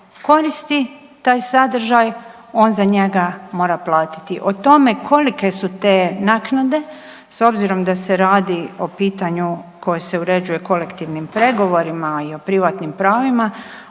koristi taj sadržaj on za njega mora platiti. O tome kolike su te naknade s obzirom da se radi o pitanju koje se uređuje kolektivnim pregovorima i o privatnim pravima,